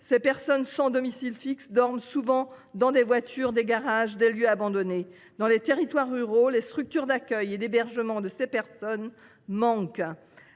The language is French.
les personnes sans domicile fixe dorment souvent dans des voitures, dans des garages ou dans des lieux abandonnés. Dans les territoires ruraux, les structures d’accueil et d’hébergement manquent.